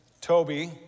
Toby